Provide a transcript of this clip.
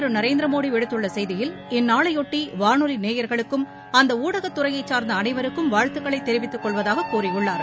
திருநரேந்திரமோடிவிடுத்துள்ளசெய்தியில் இந்நாளையொட்டிவானொலிநேயர்களுக்கும் பிரதமர் அந்தஊடகத்துறையைச் சார்ந்தஅனைவருக்கும் வாழ்த்துக்களைத் தெரிவித்துக் கொள்வதாகக் கூறியுள்ளார்